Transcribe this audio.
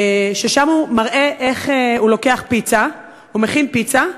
ששם הוא מראה איך הוא לוקח פיצה, מכין פיצה,